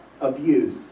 abuse